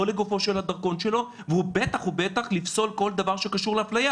לא לגופו של הדרכון שלו ובטח ובטח לפסול כל דבר שקשור לאפליה